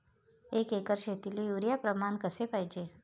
एक एकर शेतीले युरिया प्रमान कसे पाहिजे?